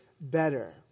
better